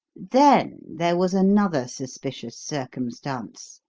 then there was another suspicious circumstance.